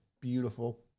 beautiful